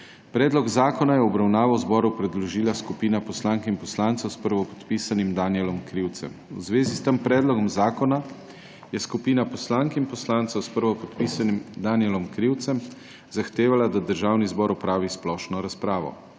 Predlog zakona je v obravnavo zboru predložila skupina poslank in poslancev s prvopodpisanim mag. Matejem Toninom. V zvezi s tem predlogom zakona je skupina poslank in poslancev s prvopodpisanim mag. Borutom Sajovicem zahtevala, da Državni zbor opravi splošno razpravo.